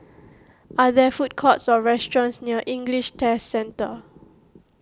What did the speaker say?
are there food courts or restaurants near English Test Centre